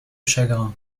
chagrin